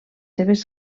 seves